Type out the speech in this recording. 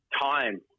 time